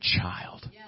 child